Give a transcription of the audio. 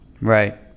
Right